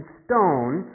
stone